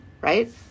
right